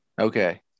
Okay